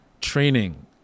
Training